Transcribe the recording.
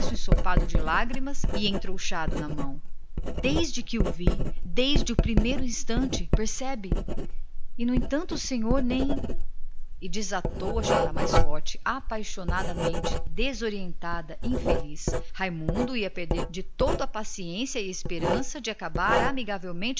ensopado de lágrimas e entrouxado na mão desde que o vi desde o primeiro instante percebe e no entanto meu primo nem e desatou a chorar mais forte ainda desorientada apaixonadamente raimundo perdeu de todo a esperança de acabar com aquilo